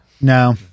No